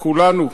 כולנו,